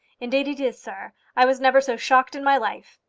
indeed it is, sir. i was never so shocked in my life.